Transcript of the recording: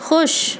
خوش